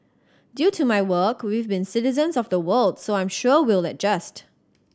due to my work we've been citizens of the world so I'm sure we'll adjust